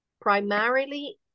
primarily